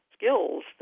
skills